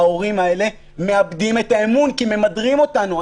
ההורים האלה מאבדים את האמון כי ממדרים אותנו.